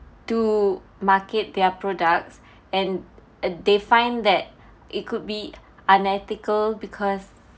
to market their products and they find that it could be unethical because